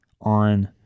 on